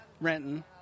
Renton